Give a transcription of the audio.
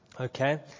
Okay